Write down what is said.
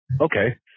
Okay